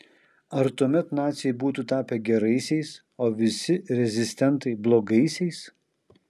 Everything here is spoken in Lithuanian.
ar tuomet naciai būtų tapę geraisiais o visi rezistentai blogaisiais